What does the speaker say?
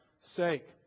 sake